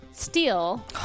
steal